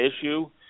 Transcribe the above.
issue